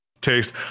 taste